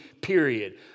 period